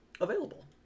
available